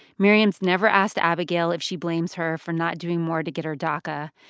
miriam's never asked abigail if she blames her for not doing more to get her daca.